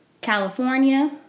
California